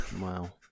Wow